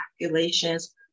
calculations